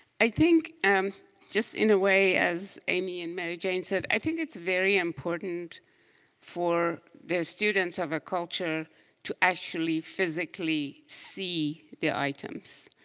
i think just in a way as amy and mary jane said, i think it's very important for the students of a culture to actually physically see the items.